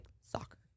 soccer